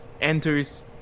enters